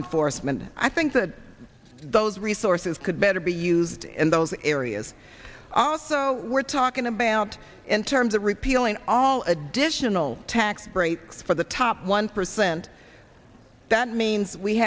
enforcement i think that those resources could better be used in those areas also we're talking about in terms of repealing all additional tax breaks for the top one percent that means we